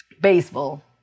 baseball